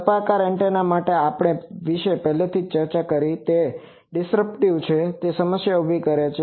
સર્પાકાર antenna આપણે આ વિશે પહેલેથી જ ચર્ચા કરી છે તે ડીસ્પર્ટીવ છે તો તે સમસ્યા ઉભી કરે છે